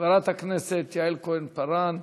חברת הכנסת יעל כהן-פארן,